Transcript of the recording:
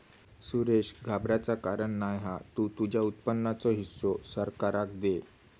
सुरेश घाबराचा कारण नाय हा तु तुझ्या उत्पन्नाचो हिस्सो सरकाराक दे